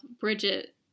Bridget